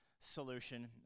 solution